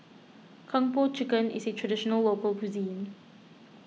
Kung Po Chicken is a Traditional Local Cuisine